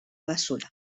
bàssora